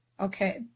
Okay